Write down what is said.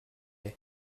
est